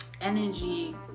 energy